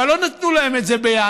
אבל לא נתנו להם את זה בינואר,